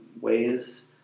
ways